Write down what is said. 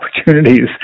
opportunities